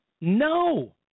No